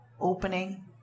opening